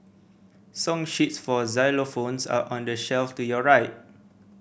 song sheets for xylophones are on the shelf to your right